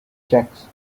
checks